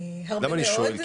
למה אני שואל?